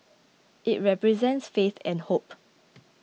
it represents faith and hope